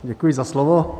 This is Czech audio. Děkuji za slovo.